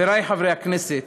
חברי חברי הכנסת,